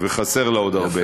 וחסר לה עוד הרבה.